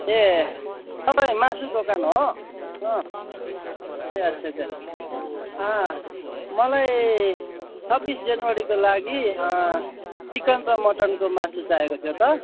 ए तपाईँ मासु दोकान हो ए अच्छा अच्छा मलाई छब्बिस जनवरीको लागि चिकन र मटनको मासु चाहिएको थियो त